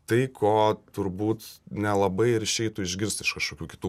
tai ko turbūt nelabai ir išeitų išgirsti iš kažkokių kitų